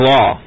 Law